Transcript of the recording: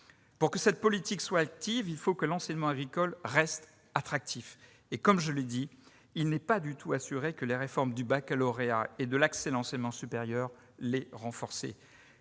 Pour que cette politique soit active, il faut que l'enseignement agricole reste attractif. Or, je le répète, il n'est pas du tout assuré que les réformes du baccalauréat et de l'accès à l'enseignement supérieur aient renforcé